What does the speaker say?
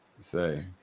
say